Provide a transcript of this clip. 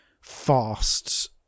fast